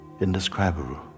indescribable